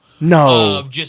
No